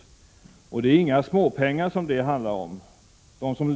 Det är inte några småpengar som det handlar om.